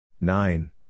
Nine